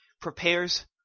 prepares